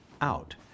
out